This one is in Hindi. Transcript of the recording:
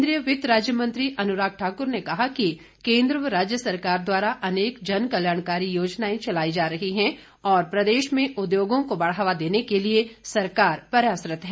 केंद्रीय वित्त राज्य मंत्री अनुराग ठाकुर ने कहा कि केंद्र व राज्य सरकार द्वारा अनेक जन कल्याणकारी योजनाएं चलाई जा रही है और प्रदेश में उद्योगों को बढ़ावा देने के लिए सरकार प्रयासरत है